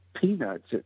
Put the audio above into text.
peanuts